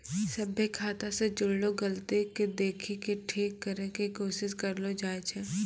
सभ्भे खाता से जुड़लो गलती के देखि के ठीक करै के कोशिश करलो जाय छै